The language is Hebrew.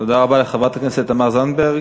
תודה רבה לחברת הכנסת תמר זנדברג.